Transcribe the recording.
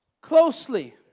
closely